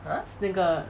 那个